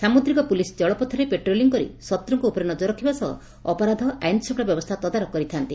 ସାମୁଦ୍ରିକ ପୁଲିସ୍ ଜଳପଥରେ ପାଟ୍ରୋଲିଂ କରି ଶତ୍ରଙ୍କ ଉପରେ ନଜର ରଖିବା ସହ ଅପରାଧ ଆଇନ୍ ଶୃଙ୍ଖଳା ବ୍ୟବସ୍ରା ତଦାରଖ କରିଥାଏ